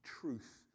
truth